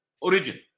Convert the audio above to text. origin